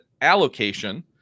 allocation